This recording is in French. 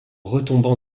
retombant